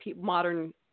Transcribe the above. modern